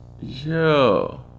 Yo